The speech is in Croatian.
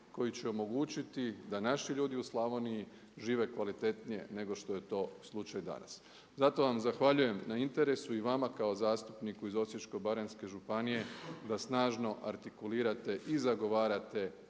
koji će omogućiti da naši ljudi u Slavoniji žive kvalitetnije nego što je to slučaj danas. Zato vam zahvaljujem na interesu i vama kao zastupniku iz Osječko-baranjske županije da snažno artikulirate i zagovarate